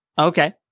Okay